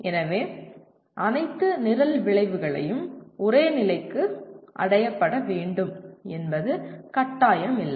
எனவே அனைத்து நிரல் விளைவுகளும் ஒரே நிலைக்கு அடையப்பட வேண்டும் என்பது கட்டாயமில்லை